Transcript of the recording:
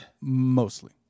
mostly